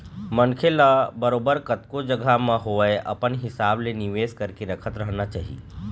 मनखे ल बरोबर कतको जघा म होवय अपन हिसाब ले निवेश करके रखत रहना चाही